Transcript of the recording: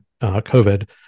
COVID